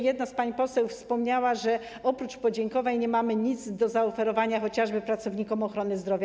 Jedna z pań poseł wspomniała, że oprócz podziękowań nie mamy nic do zaoferowania chociażby pracownikom ochrony zdrowia.